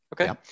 Okay